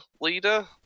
leader